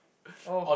oh